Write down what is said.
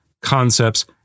concepts